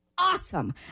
awesome